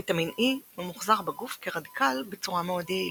ויטמין E ממוחזר בגוף כרדיקל בצורה מאוד יעילה.